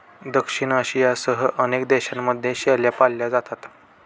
दक्षिण आशियासह अनेक देशांमध्ये शेळ्या पाळल्या जातात